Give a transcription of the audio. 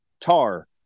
Tar